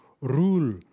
rule